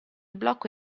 blocco